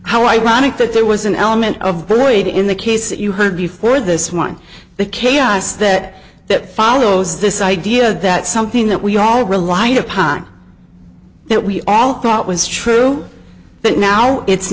how ironic that there was an element of boyd in the case that you heard before this one the chaos that that follows this idea that something that we all rely upon that we all thought was true but now it's